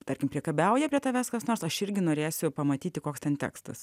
tarkim priekabiauja prie tavęs kas nors aš irgi norėsiu pamatyti koks ten tekstas